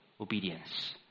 obedience